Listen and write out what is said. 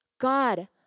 God